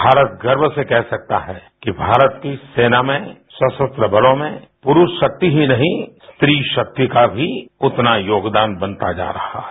भारत गर्व से कह सकता है कि भारत की सेना में सशस्त्र बलों में पुरुष शक्ति ही नहीं स्त्री शक्ति का भी उतना योगदान बनता जा रहा है